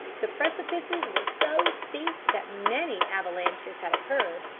the precipices were so steep that many avalanches had occurred,